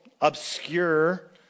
obscure